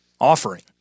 offering